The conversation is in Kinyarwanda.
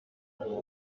adafite